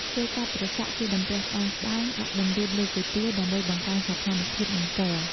គេកាត់ត្រសក់ជាបន្ទះស្តើងៗ ដាក់តម្រៀបលើគុយទាវ ដើម្បីបង្កើនសោភ័ណភាពនិងពណ៌។